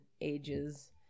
ages